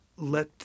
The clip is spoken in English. Let